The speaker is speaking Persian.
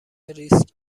ریسک